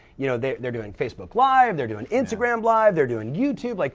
you know they're they're doing facebook live, they're doing instagram live, they're doing youtube, like